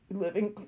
living